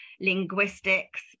linguistics